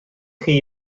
chi